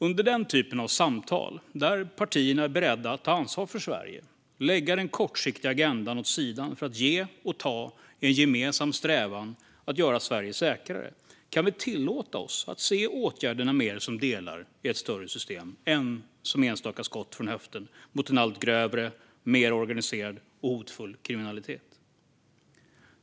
Under den typ av samtal där partierna är beredda att ta ansvar för Sverige, lägga den kortsiktiga agendan åt sidan för att ge och ta, i en gemensam strävan att göra Sverige säkrare, kan vi tillåta oss att se åtgärderna mer som delar i ett större system än som enstaka skott från höften mot en allt grövre, mer organiserad och hotfull kriminalitet.